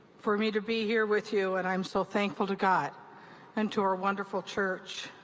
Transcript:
for me to be here with you and i'm so thankful to god and to our wonderful church.